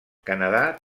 canadà